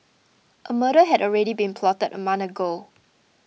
a murder had already been plotted a month ago